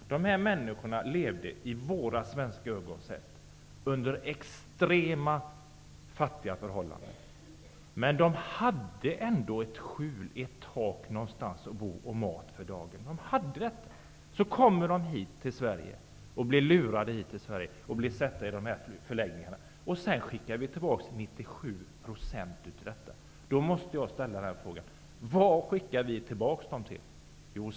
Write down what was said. De här människorna levde under i våra ögon extremt fattiga förhållanden. Men de hade ändå någonstans ett skjul att bo i eller ett tak att bo under och mat för dagen. Så blir de lurade hit till Sverige och blir satta i de här förläggningarna, och sedan skickar vi tillbaka 97 % av dem. Då måste jag ställa frågan: Vad skickar vi tillbaka dem till?